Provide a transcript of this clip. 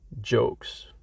Jokes